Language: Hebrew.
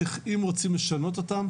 אם רוצים לשנות אותם,